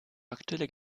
aktuelle